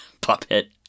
puppet